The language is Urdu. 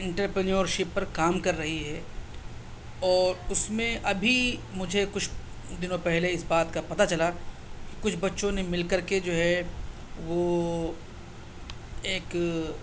انٹرپرینیورشپ پر کام کر رہی ہے اور اس میں ابھی مجھے کچھ دنوں پہلے اس بات کا پتہ چلا کچھ بچوں نے مل کر کے جو ہے وہ ایک